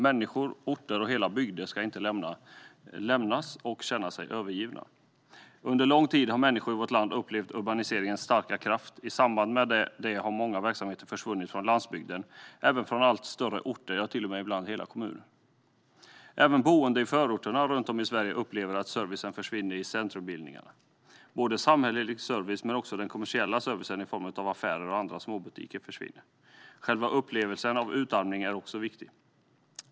Människor, orter och hela bygder ska inte lämnas så att de känner sig övergivna. Under lång tid har människor i vårt land upplevt urbaniseringens starka kraft. I samband med det har många verksamheter försvunnit från landsbygden och även från allt större orter, ibland till och med hela kommuner. Även boende i förorterna runt om i Sverige upplever att servicen försvinner i centrumbildningarna. Samhällelig service men också den kommersiella servicen i form av affärer och andra småbutiker försvinner. Också själva upplevelsen av utarmning är viktig.